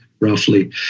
roughly